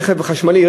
רכב חשמלי,